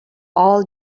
all